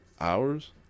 hours